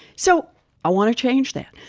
so i want to change that.